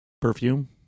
perfume